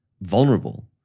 vulnerable